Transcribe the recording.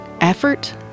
effort